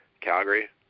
Calgary